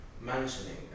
mentioning